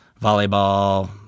volleyball